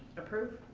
approve.